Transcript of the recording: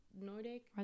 nordic